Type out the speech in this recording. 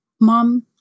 mom